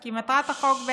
כי מטרת החוק היא,